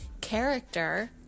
Character